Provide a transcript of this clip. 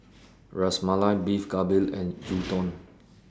Ras Malai Beef Galbi and Gyudon